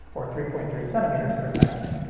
or three point three centimeters per second.